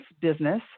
business